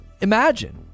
imagine